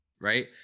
right